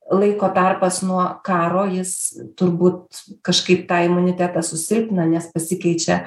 laiko tarpas nuo karo jis turbūt kažkaip tą imunitetą susilpnina nes pasikeičia